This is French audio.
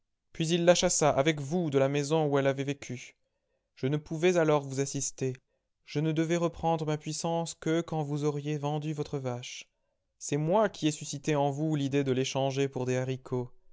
puis il la chassa avec vous de la maison où elle avait vécu je ne pouvais alors vous assister je ne devais reprendre ma puissance que quand vous auriez vendu votre vache c'est moi qui ai suscité en vous ridée de l'échanger pour des haricots